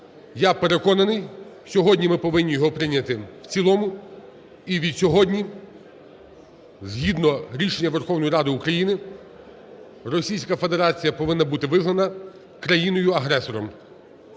Я переконаний, сьогодні ми повинні його прийняти в цілому, і від сьогодні згідно рішення Верховної Ради України Російська Федерація повинна бути визнана країною-агресором.